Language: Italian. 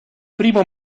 primo